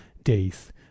days